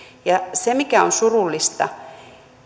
se mikä on surullista on